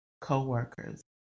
co-workers